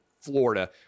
Florida